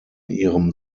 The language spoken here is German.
ihrem